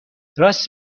راست